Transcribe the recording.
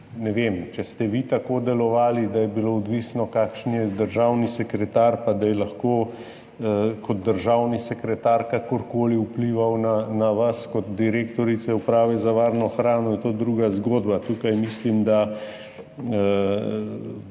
ne vem, če ste vi tako delovali, da je bilo odvisno, kakšen je državni sekretar, pa da je lahko kot državni sekretar kakorkoli vplival na vas kot direktorico uprave za varno hrano, je to druga zgodba. Tukaj mislim, da